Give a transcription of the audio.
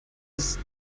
ist